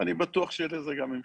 אני בטוח שיהיה לזה גם המשך.